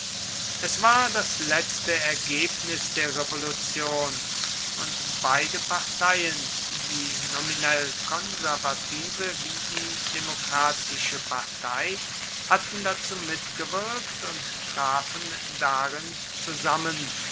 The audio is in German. es war das letzte ergebnis der revolution und beide parteien die nominell konservative wie die demokratische partei hatten dazu mitgewirkt und trafen darin zusammen